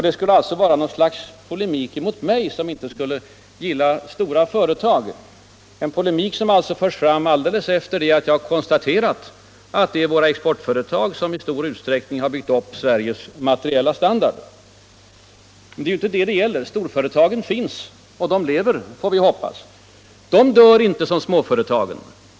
Det skulle alltså vara fråga om något slags polemik mot mig, som inte skulle gilla storföretag — en polemik som förs fram alldeles efter det att jag har konstaterat att det är våra exportföretag som i stor utsträckning byggt upp Sveriges materiella standard. Men det är inte detta det gäller. Storföretagen finns och de lever —- får vi hoppas. De dör inte som småföretagen.